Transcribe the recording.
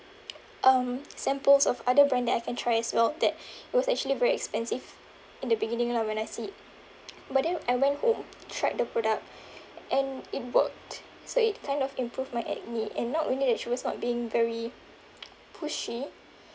um samples of other brand that I can try as well that was actually very expensive in the beginning lah when I see it but then I went home tried the product and it worked so it kind of improve my acne and not only that she was not being very pushy